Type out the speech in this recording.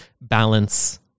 balance